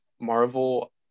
Marvel